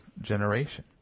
generation